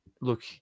look